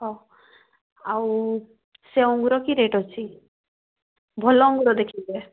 ହେଉ ଆଉ ସେ ଅଙ୍ଗୁର କି ରେଟ୍ ଅଛି ଭଲ ଅଙ୍ଗୁର ଦେଖାଇବେ